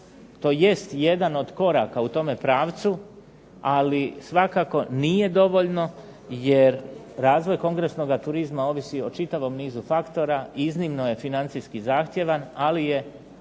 To jest jedan od koraka u tome pravcu, ali svakako nije dovoljno jer razvoj kongresnoga turizma ovisi o čitavom nizu faktora i iznimno je financijski zahtjevan, ali je